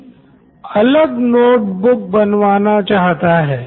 इसलिए क्योंकि हर अध्यापक छात्र से अपने विषय की अलग नोट बुक बनवाना चाहता है